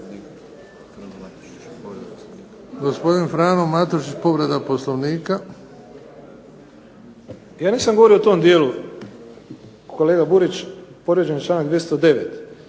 Ja nisam govorio o tom dijelu kolega Burić, povrijeđen je članak 209.